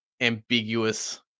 ambiguous